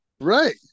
Right